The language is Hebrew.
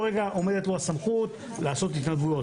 רגע עומדת לו הסמכות לעשות התנדבויות.